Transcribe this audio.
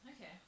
Okay